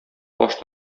баш